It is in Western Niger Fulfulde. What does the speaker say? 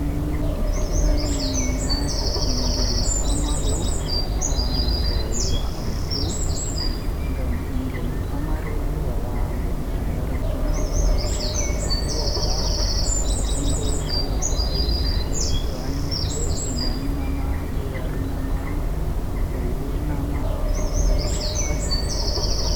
Ndikkinami mi laarta bingel pamaro haa rayuwa am fuu, ngam bingel pamarel wala bone ayarata wala kuugal ahuwata ko ndei kala ko ayidi fuu be wannete be nyamnama be yarnama be wurnama ko ayidi pat